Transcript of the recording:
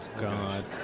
God